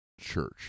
church